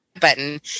button